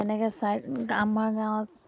তেনেকৈ চাই আমাৰ গাঁৱত